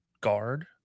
guard